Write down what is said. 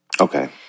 Okay